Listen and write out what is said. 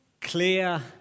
clear